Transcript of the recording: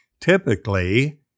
Typically